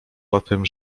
łatwym